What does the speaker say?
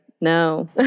no